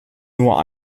nur